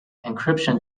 encryption